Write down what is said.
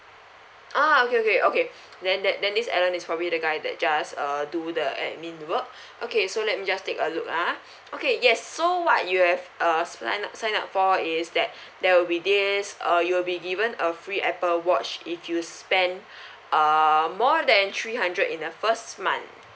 ah okay okay okay then th~ then this alan is probably the guy that just err do the admin work okay so let me just take a look ah okay yes so what you have uh sign~ up signed up for is that there will be this uh you will be given a free apple watch if you spend err more than three hundred in the first month